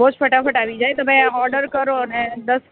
બહું જ ફટાફટ આવી જાય તમે ઓર્ડર કરોને દસ